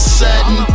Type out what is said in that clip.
sudden